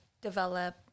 develop